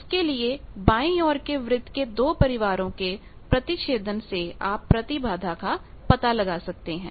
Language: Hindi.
उसके लिए बाईं ओर के वृत्त के दो परिवारों के प्रतिच्छेदन intersectionइंटरसेक्शन से आप प्रतिबाधा का पता लगा सकते हैं